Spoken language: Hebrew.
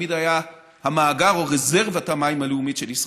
שתמיד היה המאגר או רזרבת המים הלאומית של ישראל.